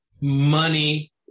money